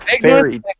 Fairy